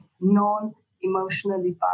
non-emotionally